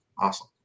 Awesome